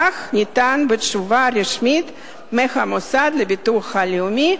כך נטען בתשובה רשמית מהמוסד לביטוח לאומי,